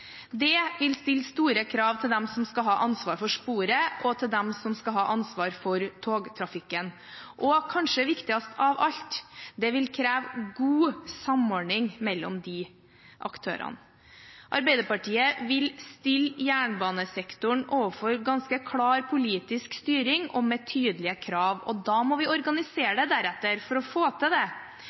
Det vil stille store krav til dem som skal ha ansvar for sporet, og til dem som skal ha ansvar for togtrafikken, og – kanskje viktigst av alt – det vil kreve god samordning mellom disse aktørene. Arbeiderpartiet vil stille jernbanesektoren overfor ganske klar politisk styring, med tydelige krav. Da må vi organisere det deretter for å få til det.